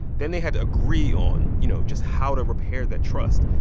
then they had to agree on, you know, just how to repair that trust.